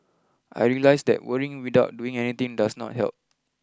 I realised that worrying without doing anything does not help